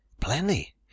Plenty